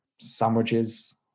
sandwiches